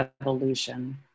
evolution